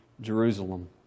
Jerusalem